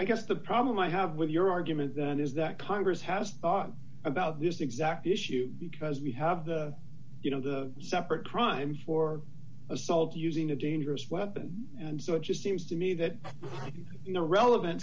i guess the problem i have with your argument that is that congress has thought about this exact issue because we have the you know the separate crime for assault using a dangerous weapon and so it just seems to me that you know relevant